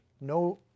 No